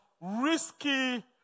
risky